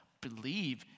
believe